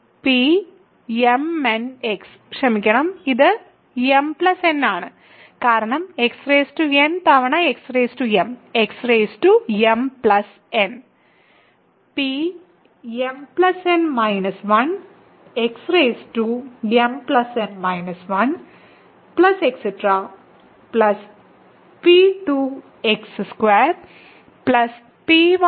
P mn x ക്ഷമിക്കണം ഇത് m n ആണ് കാരണം xn തവണ xm xmn Pmn 1 xmn 1 P2x2 P1x P0 വരെ